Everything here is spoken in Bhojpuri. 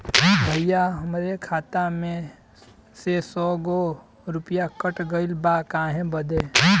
भईया हमरे खाता में से सौ गो रूपया कट गईल बा काहे बदे?